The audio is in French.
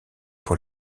pour